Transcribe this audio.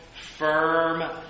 firm